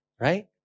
Right